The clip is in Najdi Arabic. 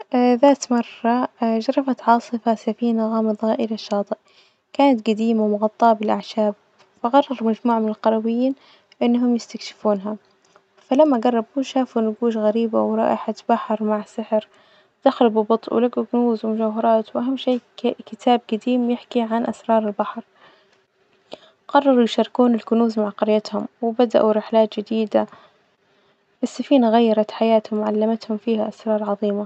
ذات مرة جرفت عاصفة سفينة غامضة إلى الشاطئ، كانت جديمة ومغطاة بالأعشاب، فقرر مجموعة من القرويين إنهم يستكشفونها، فلما جربوا شافوا نجوش غريبة ورائحة بحر مع سحر، دخلوا ببطء ولجوا كنوز ومجوهرات، وأهم شئ ك- كتاب جديم يحكي عن أسرار البحر، قرروا يشاركون الكنوز مع قريتهم وبدأوا رحلات جديدة، السفينة غيرت حياتهم وعلمتهم فيها أسرار عظيمة.